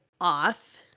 off